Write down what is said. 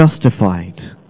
justified